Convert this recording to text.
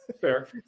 Fair